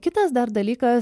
kitas dar dalykas